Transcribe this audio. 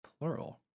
plural